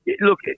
Look